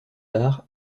arts